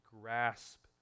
grasp